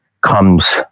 comes